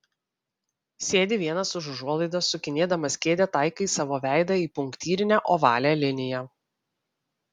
sėdi vienas už užuolaidos sukinėdamas kėdę taikai savo veidą į punktyrinę ovalią liniją